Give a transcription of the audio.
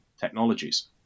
technologies